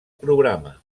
programa